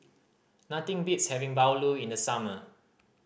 nothing beats having bahulu in the summer